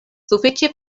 sufiĉe